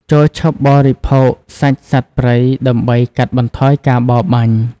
ចូរឈប់បរិភោគសាច់សត្វព្រៃ ដើម្បីកាត់បន្ថយការបរបាញ់។